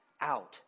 out